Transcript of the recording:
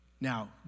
Now